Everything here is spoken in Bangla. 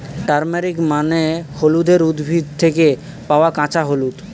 টারমেরিক মানে হলুদের উদ্ভিদ থেকে পাওয়া কাঁচা হলুদ